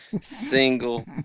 single